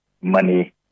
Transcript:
money